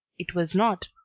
it was not,